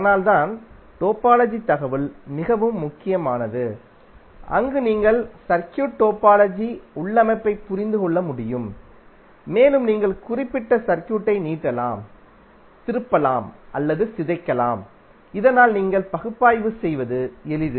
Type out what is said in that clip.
அதனால்தான் டோபாலஜி தகவல் மிகவும் முக்கியமானது அங்கு நீங்கள் சர்க்யூட் டோபாலஜி உள்ளமைவைப் புரிந்து கொள்ள முடியும் மேலும் நீங்கள் குறிப்பிட்ட சர்க்யூட்டை நீட்டலாம் திருப்பலாம் அல்லது சிதைக்கலாம் இதனால் நீங்கள் பகுப்பாய்வு செய்வது எளிது